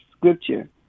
scripture